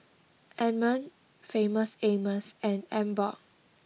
Anmum Famous Amos and Emborg